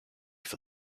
for